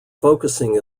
focusing